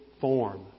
form